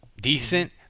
decent